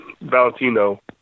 Valentino